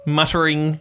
muttering